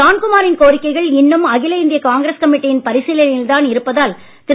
ஜான்குமா ரின் கோரிக்கைகள் இன்னும் அகில இந்திய காங்கிரஸ் கமிட்டியின் பரிசீலனையில்தான் இருப்பதால் திரு